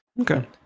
Okay